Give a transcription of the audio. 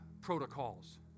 protocols